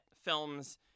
films